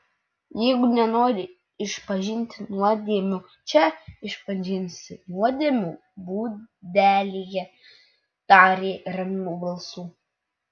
jeigu nenori išpažinti nuodėmių čia išpažinsi nuodėmių būdelėje tarė ramiu balsu